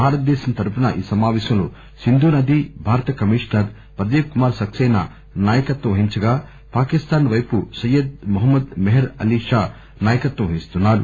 భారతదేశం తరపున ఈ సమాపేశంలో సింధూనది భారత కమిషనర్ ప్రదీప్ కుమార్ సక్సేనా నాయకత్వం వహించగా పాకిస్తాన్ వైపు సయ్యద్ మొహ్మద్ మెహర్ అలీ షా నాయకత్వం వహిస్తున్నారు